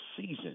season